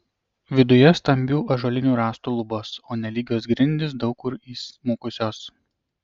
viduje stambių ąžuolinių rąstų lubos o nelygios grindys daug kur įsmukusios